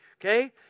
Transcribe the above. Okay